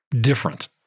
different